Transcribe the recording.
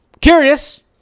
curious